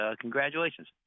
congratulations